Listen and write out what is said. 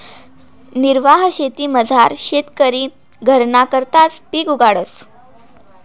निर्वाह शेतीमझार शेतकरी घरना करताच पिक उगाडस